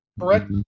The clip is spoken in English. correct